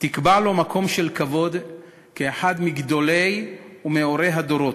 תקבע לו מקום של כבוד כאחד מגדולי ומאורי הדורות,